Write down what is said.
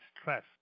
stress